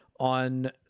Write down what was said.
on